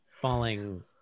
falling